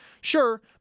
sure